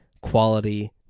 quality